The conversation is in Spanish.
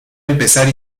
empezar